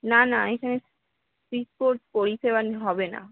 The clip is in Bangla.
না না এখানে স্পিড পোস্ট পরিষেবা হবে না